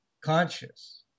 conscious